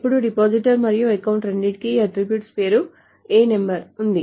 ఇప్పుడు డిపాజిటర్ మరియు అకౌంట్ రెండింటికీ ఈ అట్ట్రిబ్యూట్ పేరు ano ఉంది